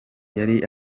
yari